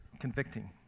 convicting